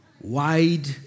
wide